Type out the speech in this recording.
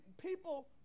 people